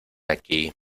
aquí